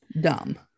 Dumb